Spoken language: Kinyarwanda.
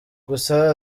gusa